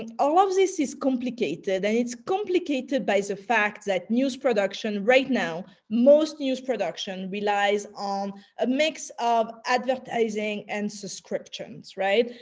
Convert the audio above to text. and all of this is complicated and it's complicated by the fact that news production right now, most news production relies on a mix of advertising and subscriptions. right?